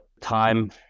time